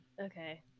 okay